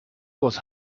was